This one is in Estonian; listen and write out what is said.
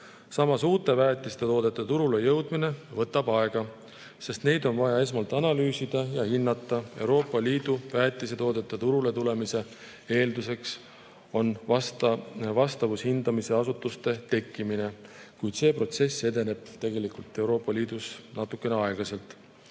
Samas, uute väetisetoodete turule jõudmine võtab aega, sest neid on vaja esmalt analüüsida ja hinnata. Euroopa Liidu väetisetoodete turule tulemise eelduseks on vastavushindamisasutuste tekkimine, kuid see protsess edeneb Euroopa Liidus natuke aeglaselt.